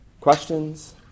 Questions